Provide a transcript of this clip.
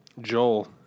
Joel